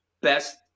best